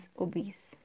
obese